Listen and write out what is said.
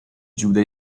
giuda